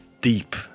deep